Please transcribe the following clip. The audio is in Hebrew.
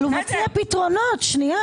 אבל הוא מציע פתרונות, שנייה.